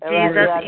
Jesus